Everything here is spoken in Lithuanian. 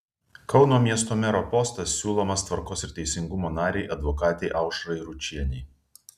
kauno miesto mero postas siūlomas tvarkos ir teisingumo narei advokatei aušrai ručienei